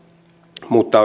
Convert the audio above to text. mutta